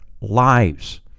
lives